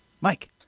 Mike